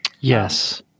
Yes